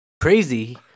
Crazy